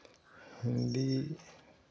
Hindi